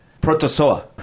Protozoa